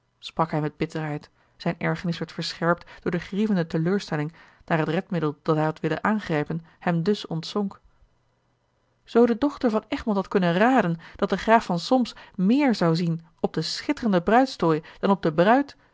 sprak hij met bitterheid zijne ergernis werd verscherpt door de grievende teleurstelling daar het redmiddel dat hij had willen aangrijpen hem dus ontzonk zoo de dochter van egmond had konnen raden dat de graaf van solms meer zou zien op den schitterenden bruidstooi dan op de bruid